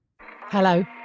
Hello